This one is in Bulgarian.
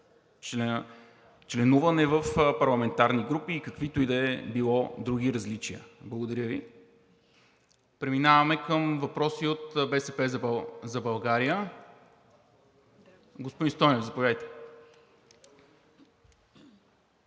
членуване в парламентарни групи и каквито и да било други различия. Благодаря Ви. Преминаваме към въпроси от „БСП за България“. Господин Стойнев, заповядайте.